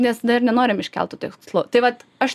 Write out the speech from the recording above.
nes dar nenorim iškelt tų tikslų tai vat aš